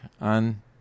on